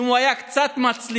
אם הוא היה קצת מצליח,